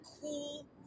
cool